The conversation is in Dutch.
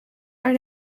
naar